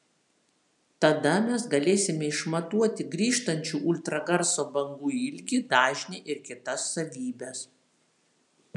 tada mes galėsime išmatuoti grįžtančių ultragarso bangų ilgį dažnį ir kitas savybes